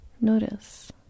notice